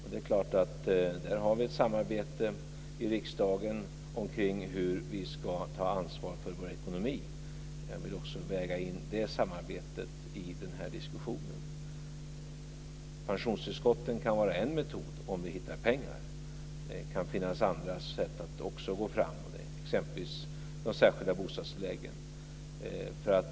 Vi har i riksdagen ett samarbete om hur vi ska ta ansvar för vår ekonomi. Jag vill väga in också det samarbetet i den här diskussionen. Pensionstillskotten kan vara en metod, om vi hittar pengar. Det kan också finnas andra sätt att gå fram, exempelvis via de särskilda bostadstilläggen.